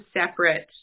separate